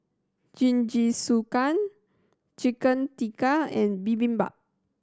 Jingisukan Chicken Tikka and Bibimbap